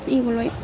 এগুলোই